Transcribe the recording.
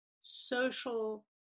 social